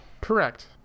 Correct